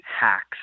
hacks